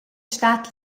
stat